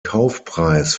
kaufpreis